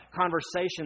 conversation